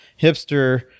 hipster